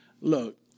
Look